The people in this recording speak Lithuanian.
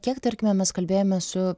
kiek tarkime mes kalbėjome su